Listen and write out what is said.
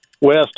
west